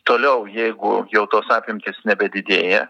toliau jeigu jau tos apimtys nebedidėja